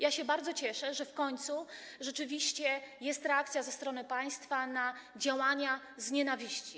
Ja się bardzo cieszę, że w końcu rzeczywiście jest reakcja ze strony państwa na działania z nienawiści.